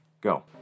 go